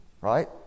right